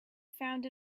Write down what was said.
found